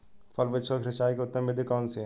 फल वृक्षों की सिंचाई की उत्तम विधि कौन सी है?